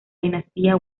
dinastía